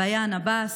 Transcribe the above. ביאן עבאס,